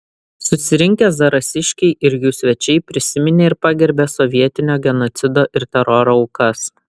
susirinkę zarasiškiai ir jų svečiai prisiminė ir pagerbė sovietinio genocido ir teroro aukas